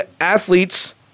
athletes